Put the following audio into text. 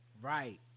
Right